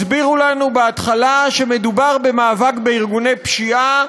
הסבירו לנו בהתחלה שמדובר במאבק בארגוני פשיעה,